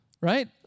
right